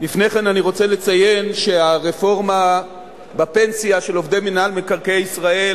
לפני כן אני רוצה לציין שהרפורמה בפנסיה של עובדי מינהל מקרקעי ישראל